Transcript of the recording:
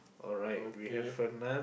okay